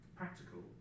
practical